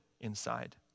inside